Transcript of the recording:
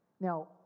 Now